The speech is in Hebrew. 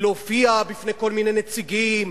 להופיע בפני כל מיני נציגים,